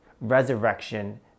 resurrection